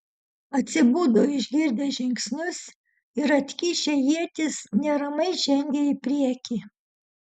atsibudo išgirdę žingsnius ir atkišę ietis neramiai žengė į priekį